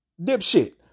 dipshit